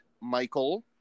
Michael